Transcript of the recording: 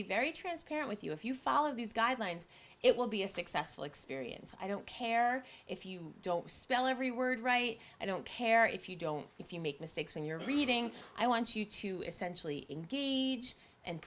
be very transparent with you if you follow these guidelines it will be a successful experience i don't care if you don't spell every word write i don't care if you don't if you make mistakes when you're reading i want you to essentially engage and